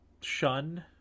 shun